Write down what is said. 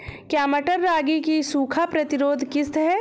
क्या मटर रागी की सूखा प्रतिरोध किश्त है?